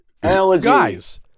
Guys